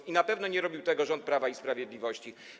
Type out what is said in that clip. I na pewno nie robił tego rząd Prawa i Sprawiedliwości.